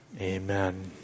Amen